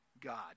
God